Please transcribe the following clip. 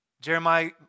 Jeremiah